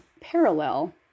parallel